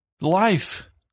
life